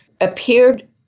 appeared